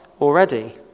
already